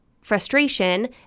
frustration